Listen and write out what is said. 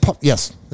Yes